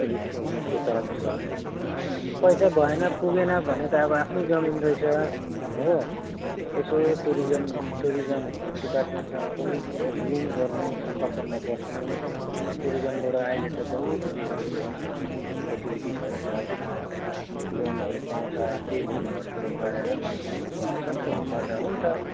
tourist homestay चलाउनु सक्छ पैसा भएन पुगेन भने त अब आफ्नै जमिन रहेछ हो यसो टुरिजम टुरिजम डिपार्टमेन्टसँग पनि लिङ्ग गर्नु सम्पर्कमा बस्नु टुरिजमबाट अहिले त बहुत ऊ योहरू छ फेसिलिटिसहरू छ लोनहरू पाउँछ त्यही लोनहरूबाट गरेर पनि तिमीले गर्नु सक्छौ गर्दा हुन्छ